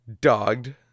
Dogged